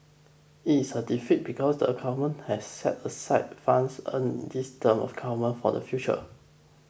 it is a deficit because the Government has set aside funds earned in this term of government for the future